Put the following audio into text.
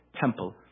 temple